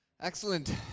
Excellent